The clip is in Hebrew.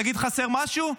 אם תגיד שחסר משהו,